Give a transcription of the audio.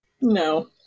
No